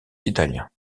italiens